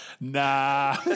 Nah